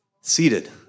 Seated